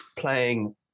playing